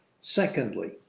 Secondly